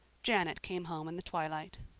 janet came home in the twilight.